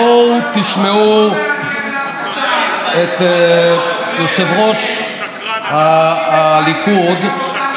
בואו תשמעו את יושב-ראש הליכוד, שקרן אתה.